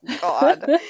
god